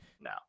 No